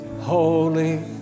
holy